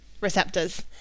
receptors